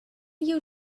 you